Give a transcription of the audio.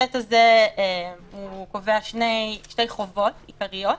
הסט הזה קובע שתי חובות עיקריות.